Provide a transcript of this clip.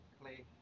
Clay